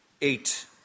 eight